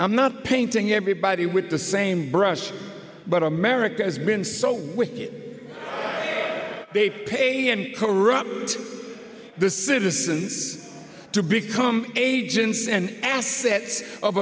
i'm not painting everybody with the same brush but america has been so when they pay and corrupt the citizens to become agents and assets of